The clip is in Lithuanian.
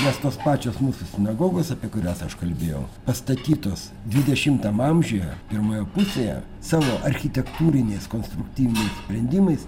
nes tos pačios mūsų sinagogos apie kurias aš kalbėjau pastatytos dvidešimtam amžiuje pirmoje pusėje savo architektūriniais konstruktyviniais sprendimais